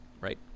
right